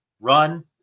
run